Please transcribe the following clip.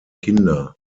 kinder